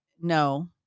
no